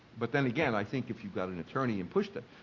but then again i think if you've got an attorney and pushed it,